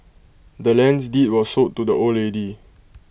the land's deed was sold to the old lady